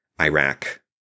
Iraq